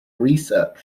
research